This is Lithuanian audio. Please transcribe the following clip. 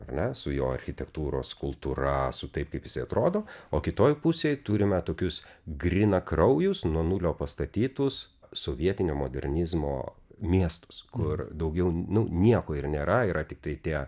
ar ne su jo architektūros kultūra su taip kaip jisai atrodo o kitoj pusėj turime tokius grynakraujus nuo nulio pastatytus sovietinio modernizmo miestus kur daugiau nu nieko ir nėra yra tiktai tie